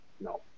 No